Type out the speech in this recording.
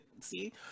see